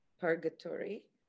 purgatory